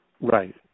Right